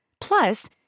Plus